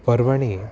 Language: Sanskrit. पर्वणि